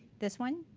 this one.